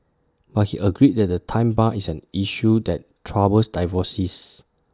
but he agreed that the time bar is an issue that troubles divorcees